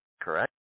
Correct